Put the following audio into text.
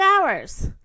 hours